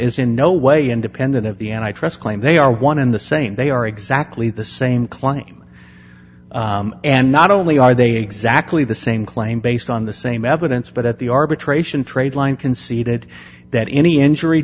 in no way independent of the antitrust claim they are one and the same they are exactly the same claim and not only are they exactly the same claim based on the same evidence but at the arbitration trade line conceded that any injury